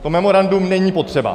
To memorandum není potřeba.